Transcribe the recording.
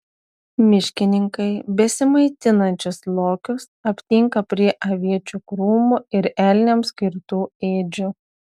miškininkai besimaitinančius lokius aptinka prie aviečių krūmų ir elniams skirtų ėdžių